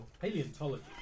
paleontology